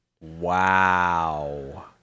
Wow